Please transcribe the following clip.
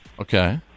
Okay